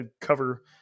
cover